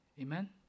Amen